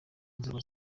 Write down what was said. nzego